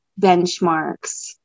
benchmarks